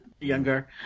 younger